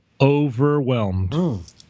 overwhelmed